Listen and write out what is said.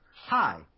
Hi